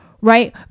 right